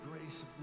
grace